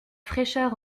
fraîcheur